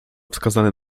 wskazany